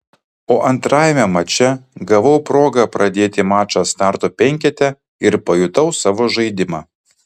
o antrajame mače gavau progą pradėti mačą starto penkete ir pajutau savo žaidimą